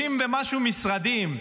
30 ומשהו משרדים,